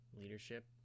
leadership